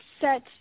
set